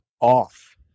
off